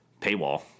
paywall